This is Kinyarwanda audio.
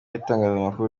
itangazamakuru